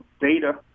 data